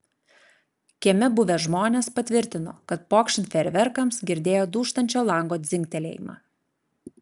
kieme buvę žmonės patvirtino kad pokšint fejerverkams girdėjo dūžtančio lango dzingtelėjimą